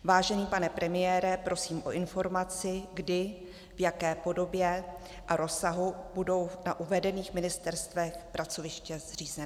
Vážený pane premiére, prosím o informaci kdy, v jaké podobě a rozsahu budou na uvedených ministerstvech pracoviště zřízena.